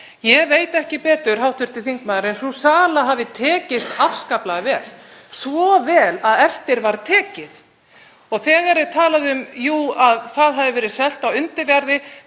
Ég veit ekki betur, hv. þingmaður, en sú sala hafi tekist afskaplega vel, svo vel að eftir var tekið. Þegar er talað um að þar hafi verið selt á undirverði,